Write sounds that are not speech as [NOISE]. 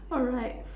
alright [LAUGHS]